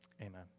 Amen